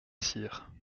sire